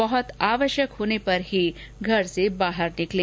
बहुत आवश्यक होने पर ही घर से बाहर निकलें